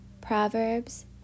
Proverbs